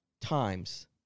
times